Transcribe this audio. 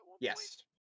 Yes